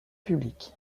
public